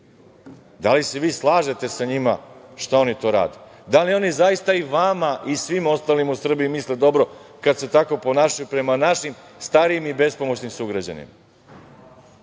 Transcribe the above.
Da li se vi slažete sa njima šta oni to rade? Da li oni zaista i vama i svima ostalima u Srbiji misle dobro kada se tako ponašaju prema našim starijim i bespomoćnim sugrađanima?